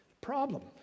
problem